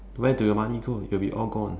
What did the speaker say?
where do your money go it will be all gone